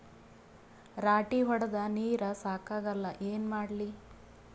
ರಾಟಿ ಹೊಡದ ನೀರ ಸಾಕಾಗಲ್ಲ ಏನ ಮಾಡ್ಲಿ?